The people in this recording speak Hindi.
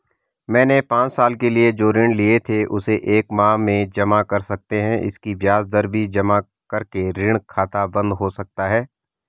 मैंने पांच साल के लिए जो ऋण लिए थे उसे एक माह में जमा कर सकते हैं इसकी ब्याज दर भी जमा करके ऋण खाता बन्द हो सकता है?